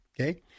Okay